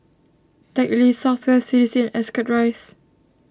Teck Lee South West C D C and Ascot Rise